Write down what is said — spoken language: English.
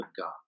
God